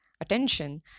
attention